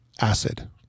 acid